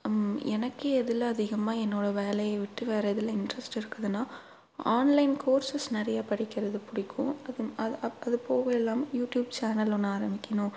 எனக்கு எதில் அதிகமாக என்னோடய வேலையை விட்டு வேறே எதில் இன்ட்ரெஸ்ட் இருக்குதுன்னா ஆன்லைன் கோர்ஸஸ் நிறையா படிக்கிறது பிடிக்கும் அதுவும் அது அதுப்போக இல்லாமல் யூட்டியூப் சேனல் ஒன்று ஆரம்மிக்கணும்